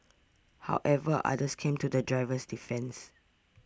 however others came to the driver's defence